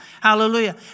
Hallelujah